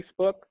Facebook